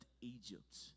Egypt